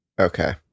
Okay